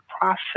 process